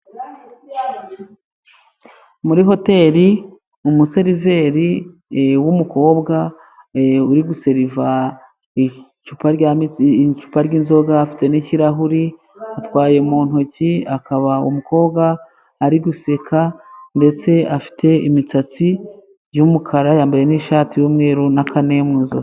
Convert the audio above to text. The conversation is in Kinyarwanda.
Muri hoteri umuseriveri w'umukobwa uri guseriva icupa ry'inzoga, afite n'ikirahuri atwaye mu ntoki, akaba umukobwa uri guseka ndetse ufite imisatsi y'umukara, yambaye n'ishati y'umweru n'akane mu ijosi.